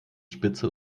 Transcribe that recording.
spitze